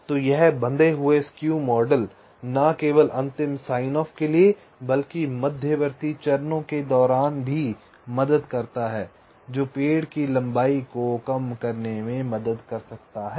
तो यह बंधे हुए स्क्यू मॉडल न केवल अंतिम साइनऑफ़ के लिए बल्कि मध्यवर्ती चरणों के दौरान भी मदद करता है जो पेड़ की लंबाई को कम करने में मदद कर सकता है